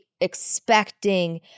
expecting